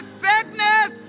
sickness